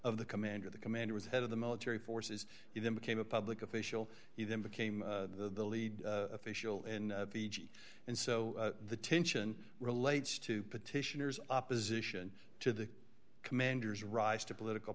of the commander the commander was head of the military forces he then became a public official he then became the lead official in the and so the tension relates to petitioners opposition to the commanders rise to political